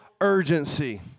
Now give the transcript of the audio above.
urgency